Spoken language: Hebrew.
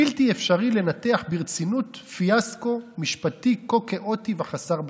"בלתי אפשרי לנתח ברצינות פיאסקו משפטי כה כאוטי וחסר בסיס".